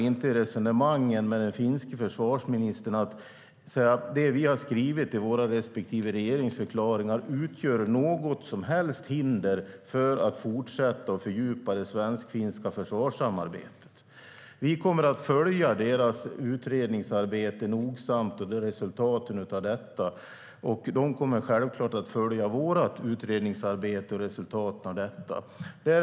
I resonemangen med den finske försvarsministern uppfattar jag inte att det som vi har skrivit i våra respektive regeringsförklaringar utgör några som helst hinder för att fortsätta fördjupa det svensk-finska försvarssamarbetet. Vi kommer att följa deras utredningsarbete och resultaten av det nogsamt. Och de kommer självklart att följa vårt utredningsarbete och resultaten av det.